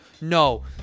No